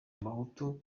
abahutu